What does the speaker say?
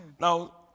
now